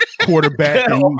quarterback